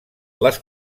les